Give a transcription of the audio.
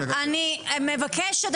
אני מבקשת,